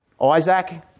Isaac